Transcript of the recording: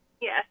Yes